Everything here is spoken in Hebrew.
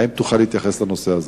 האם תוכל להתייחס לנושא הזה?